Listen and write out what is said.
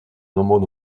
nombreux